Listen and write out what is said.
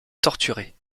torturés